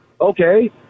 okay